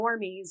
normies